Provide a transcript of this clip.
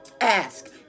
Ask